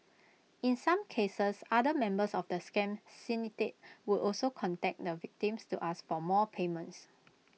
in some cases other members of the scam syndicate would also contact the victims to ask for more payments